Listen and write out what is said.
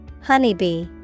Honeybee